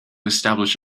establish